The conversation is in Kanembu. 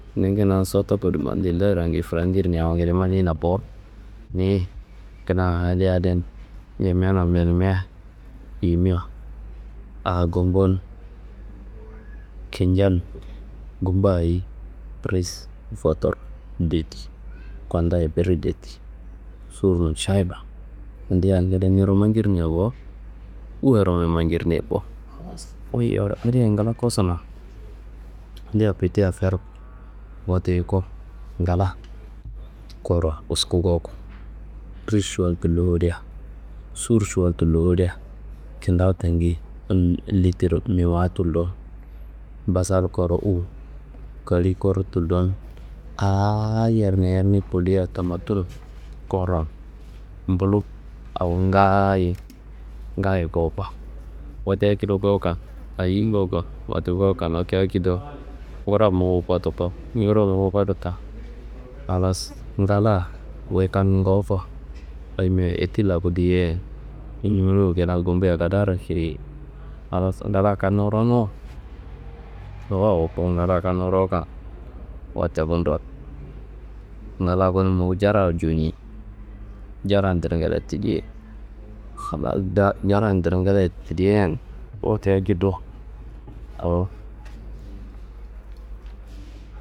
Ni kina sotowo koduma adi, Lillayiro andiyi furañirnei, awo ngede mananeina bo. Niyi kina haliye adin Ñamenaro menimia yimiwa a gumbu n kinja n. Gumba ayi? Ris, fotur biki, kundayi ye biri detti, sur- nun, šayima. Andiyi akende niro manjirnei bo, uwuwaro manjirnei bo. Wuyi yowo adeye ngla kosuna nia peti afer, wote yuku ngala koro wusku gowoko, ris šuwal tullo woliya, sur šuwal tullo woliya, kindawu tangi li- litir wewuwa tullo, basal koro uwu, kawuli koro tullon, aaa yerne yerne koliya tumatun koro, mbulu awo ngaaye ngaaye gowoko. Wote akedo gowoka ayi gowoko? Wote gowokan, wote akedo ngorro muku kotuko. Ngorro muku kotuka, halas ngala wuyi kannu rowoko, ayimia etid la bodiyei ngunuwu kina gumbeya kadaaro ceyi. Halas ngala kannu rowonu awo awoko, ngala kannu rowoka, wote bundo ngala konu muku jarraro juwuni. Jarran dringella tilyei, halas ja- jarran dringella tilyeiyan wote akedo awo.